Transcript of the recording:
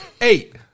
eight